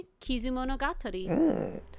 Kizumonogatari